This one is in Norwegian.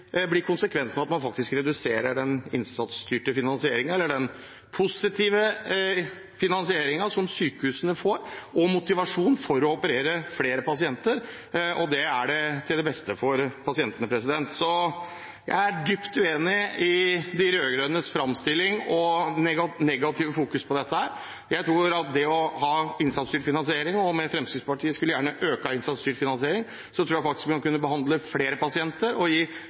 blir konsekvensen av at man faktisk reduserer den innsatsstyrte finansieringen – eller den positive finansieringen som sykehusene får, og motivasjon for å operere flere pasienter. Det er til det beste for pasientene. Jeg er dypt uenig i de rød-grønnes framstilling og negative fokus på dette. Jeg tror på det å ha innsatsstyrt finansiering, og Fremskrittspartiet skulle gjerne ha økt innsatsstyrt finansiering. Da tror jeg faktisk man kan behandle flere pasienter og